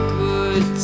good